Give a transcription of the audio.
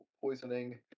poisoning